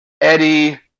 Eddie